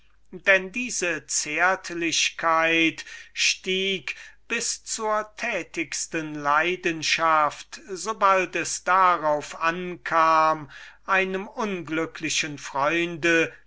denn diese zärtlichkeit stieg bis zum wirksamsten grade der leidenschaft sobald es darauf ankam einem unglücklichen freunde